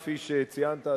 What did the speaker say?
כפי שציינת,